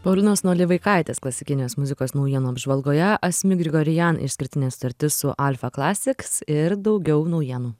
paulinos nolivaikaitės klasikinės muzikos naujienų apžvalgoje asmik grigorian išskirtinė sutartis su alfa klasiks ir daugiau naujienų